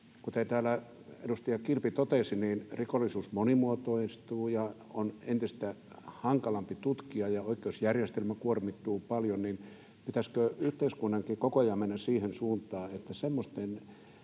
täällä edustaja Kilpi totesi, että rikollisuus monimuotoistuu ja on entistä hankalampi tutkia ja oikeusjärjestelmä kuormittuu paljon, niin pitäisikö yhteiskunnankin koko ajan mennä siihen suuntaan, että semmoisten